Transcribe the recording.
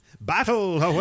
battle